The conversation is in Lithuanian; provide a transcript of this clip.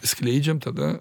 skleidžiam tada